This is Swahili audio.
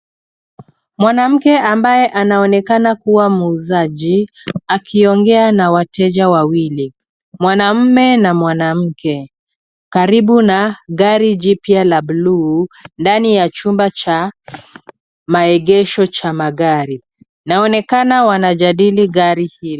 Mwanamke ambaye anaonekana kuwa muuzaji akiongea na wateja wawili, mwanamume na mwanamke karibu na gari jipya la bluu ndani ya chumba cha maegesho cha magari. Naonekana wanajadili gari hili.